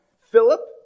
Philip